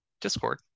Discord